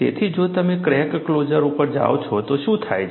તેથી જો તમે ક્રેક ક્લોઝર ઉપર જાઓ છો તો શું થાય છે